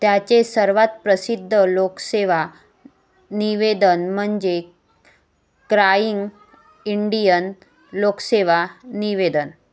त्याचे सर्वात प्रसिद्ध लोकसेवा निवेदन म्हणजे क्राइंग इंडियन लोकसेवा निवेदन